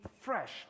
fresh